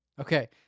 Okay